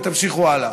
ותמשיכו הלאה.